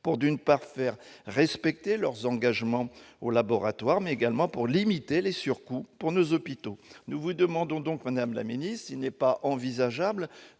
que les laboratoires respectent leurs engagements, mais également pour limiter les surcoûts pour nos hôpitaux. Nous vous demandons donc, madame la ministre, s'il n'est pas envisageable